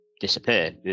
disappear